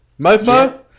MoFo